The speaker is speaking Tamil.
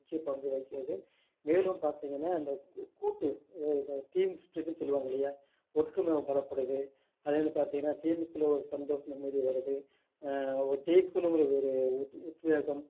முக்கிய பங்கு வகிக்கிறது மேலும் பார்த்திங்கனா இந்த கூட்டு அதாவது இந்த டீம் ஸ்பிரிட்டுனு சொல்லுவாங்க இல்லையா ஒற்றுமை பலப்படுது அதே மாதிரி பார்த்திங்கனா டீம்க்குள்ளே ஒரு சந்தோசம் நிம்மதி வருது ஒரு ஜெயிக்கணுங்கிற ஒரு உத் உத்வேகம்